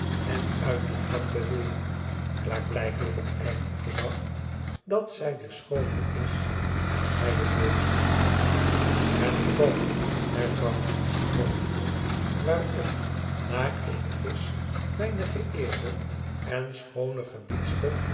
en uit de grap beweert klaarblijkelijk op eigen gezag dat zij de schoone is en hij het beest thet geval hervat mortimer waarop naar ik gis mijne geëerde en schoone gebiedster